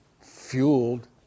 fueled